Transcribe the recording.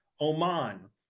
Oman